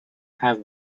have